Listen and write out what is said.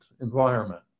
environment